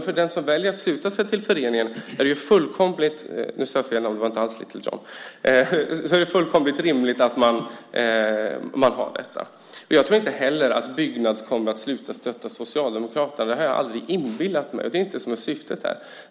För den som väljer att ansluta sig till föreningen är det fullkomligt rimligt att man har detta. Nu sade jag fel namn. Det var inte alls Little John. Jag tror inte heller att Byggnads kommer att sluta stötta Socialdemokraterna. Det har jag aldrig inbillat mig. Det är inte syftet här.